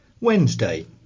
Wednesday